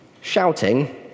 shouting